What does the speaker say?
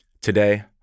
today